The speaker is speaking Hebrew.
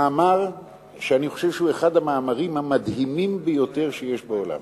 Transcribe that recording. מאמר שאני חושב שהוא אחד המאמרים המדהימים ביותר שיש בעולם.